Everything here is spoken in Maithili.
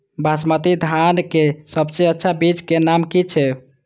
बासमती धान के सबसे अच्छा बीज के नाम की छे?